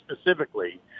specifically